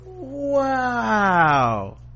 Wow